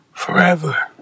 forever